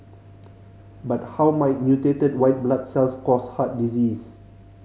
but how might mutated white blood cells cause heart disease